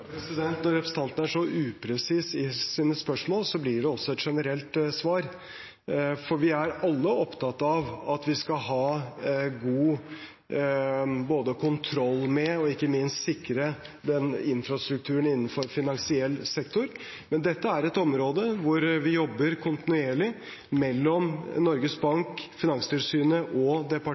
Når representanten er så upresis i sine spørsmål, blir det også et generelt svar, for vi er alle opptatt av at vi både skal ha god kontroll med og ikke minst sikre infrastrukturen innenfor finansiell sektor. Men dette er et område hvor vi jobber kontinuerlig mellom Norges Bank, Finanstilsynet og